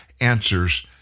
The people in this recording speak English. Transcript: answers